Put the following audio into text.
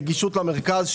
נגישות למרכז,